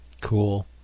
Cool